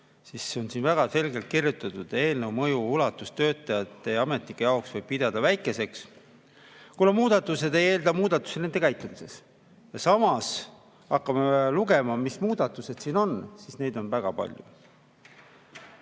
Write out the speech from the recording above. siis on siin väga selgelt kirjutatud: "Eelnõu mõju ulatust töötajate ja ametnike jaoks võib pidada väikeseks, kuna muudatused ei eelda muutusi nende käitumises." Ja samas, kui hakkame lugema, mis muudatused siin on, siis neid on väga palju.